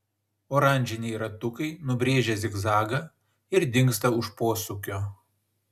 oranžiniai ratukai nubrėžia zigzagą ir dingsta už posūkio